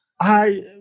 I-